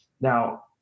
Now